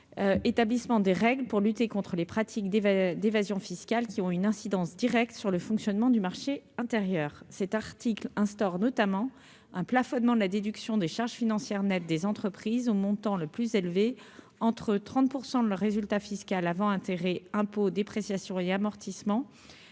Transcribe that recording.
établit des règles pour lutter contre les pratiques d'évasion fiscale ayant une incidence directe sur le fonctionnement du marché intérieur. L'article en discussion instaure un plafonnement de la déduction des charges financières nettes des entreprises au montant le plus élevé entre 30 % de leur résultat fiscal avant intérêts, impôts, dépréciations et amortissements